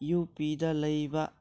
ꯎ ꯄꯤꯗ ꯂꯩꯕ